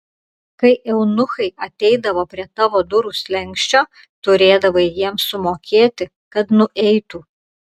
kai eunuchai ateidavo prie tavo durų slenksčio turėdavai jiems sumokėti kad nueitų